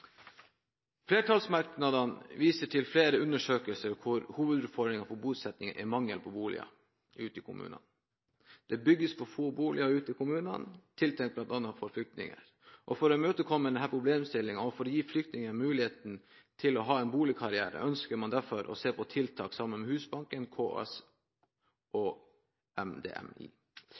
Flertallsmerknadene viser til flere undersøkelser som viser at hovedutfordringen for bosetting er mangel på boliger i kommunene. Det bygges bl.a. for få boliger tiltenkt flyktninger. For å imøtekomme dette problemet og gi flyktninger mulighet til å ha en boligkarriere, ønsker man derfor å se på tiltak sammen med Husbanken, KS og